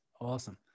Awesome